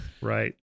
right